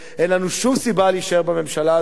אין לנו שום סיבה להישאר בממשלה הזאת